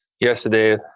yesterday